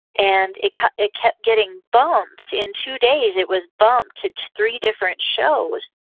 and it kept it kept getting bumped. in two days, it was bumped to three different shows,